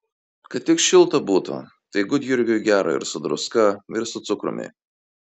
kad tik šilta būtų tai gudjurgiui gera ir su druska ir su cukrumi